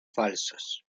falsos